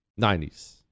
90s